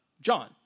John